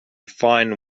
fine